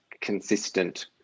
consistent